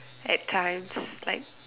at times like